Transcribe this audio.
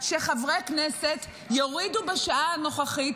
שחברי כנסת יורידו הילוך בשעה הנוכחית,